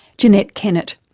jeanette kennett.